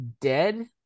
dead